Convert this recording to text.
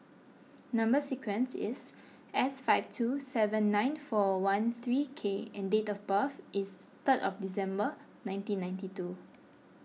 Number Sequence is S five two seven nine four one three K and date of birth is third of December nineteen ninety two